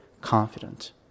confident